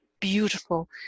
beautiful